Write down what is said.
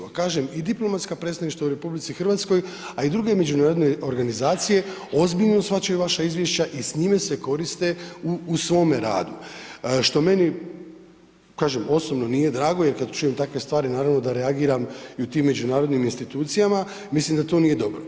A kažem, i diplomatska predstavništva u RH, a i druge međunarodne organizacije ozbiljno shvaćaju vaša izvješća i s njime se koriste u svome radu, što meni kažem osobno nije drago jer kada čujem takve stvari naravno da reagiram i u tim međunarodnim institucijama, mislim da to nije dobro.